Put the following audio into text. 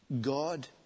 God